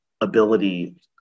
ability